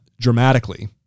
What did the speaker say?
dramatically